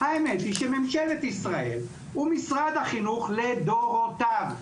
ומשרד החינוך לדורותיו,